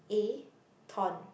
A thorn